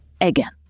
again